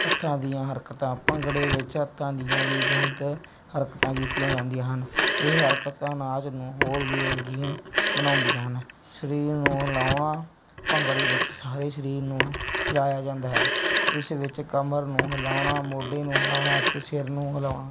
ਹੱਥਾਂ ਦੀਆਂ ਹਰਕਤਾਂ ਭੰਗੜੇ ਵਿੱਚ ਹੱਥਾਂ ਦੀਆਂ ਵੀ ਬਹੁਤ ਹਰਕਤਾਂ ਕੀਤੀਆਂ ਜਾਂਦੀਆਂ ਹਨ ਇਹ ਹਰਕਤਾਂ ਨਾਚ ਨੂੰ ਹੋਰ ਵੀ ਰੰਗੀਨ ਬਣਾਉਂਦੀਆਂ ਹਨ ਸਰੀਰ ਨੂੰ ਹਿਲਾਉਣਾ ਭੰਗੜੇ ਵਿੱਚ ਸਾਰੇ ਸਰੀਰ ਨੂੰ ਹਿਲਾਇਆ ਜਾਂਦਾ ਹੈ ਇਸ ਵਿੱਚ ਕਮਰ ਨੂੰ ਹਿਲਾਉਣਾ ਮੋਢੇ ਨੂੰ ਹਿਲਾਉਣਾ ਅਤੇ ਸਿਰ ਨੂੰ ਹਿਲਾਉਣਾ